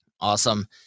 Awesome